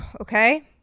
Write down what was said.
Okay